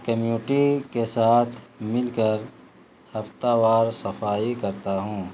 community کے ساتھ مل کر ہفتہ وار صفائی کرتا ہوں